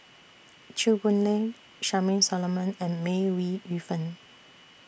Chew Boon Lay Charmaine Solomon and May Ooi Yu Fen